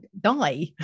die